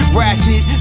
ratchet